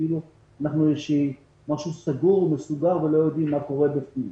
שכאילו אנחנו משהו סגור ומסוגר ולא יודעים מה קורה בפנים.